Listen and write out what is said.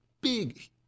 big